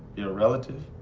you're a relative,